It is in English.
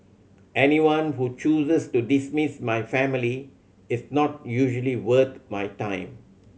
anyone who chooses to dismiss my family is not usually worth my time